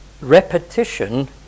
repetition